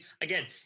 again